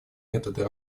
методы